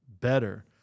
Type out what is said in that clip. better